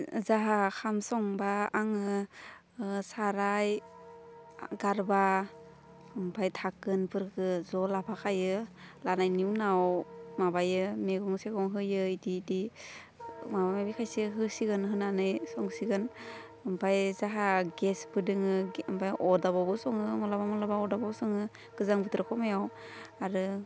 जोंहा ओंखाम संबा आङो साराइ गारबा ओमफ्राय थाखोनफोरखौ ज' लाफाखायो लानायनि उनाव माबायो मेगं सेगं होयो बिदि बिदि माबा माबि होसिगोन होनानै संसिगोन ओमफ्राय जोंहा गेसबो दङ ओमफ्राय अदाबावबो सङो मालाबा मालाबा अदाबाव सङो गोजां बोथोर समायाव आरो